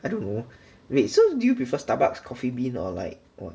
I don't know wait so do you prefer Starbucks Coffee Bean or like what